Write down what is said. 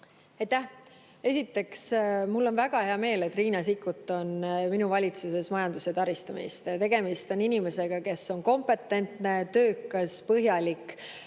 Aitäh! Esiteks, mul on väga hea meel, et Riina Sikkut on minu valitsuses majandus- ja taristuminister. Tegemist on inimesega, kes on kompetentne, töökas, põhjalik